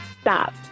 Stop